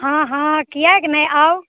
हँ हँ किएक नहि आउ